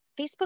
Facebook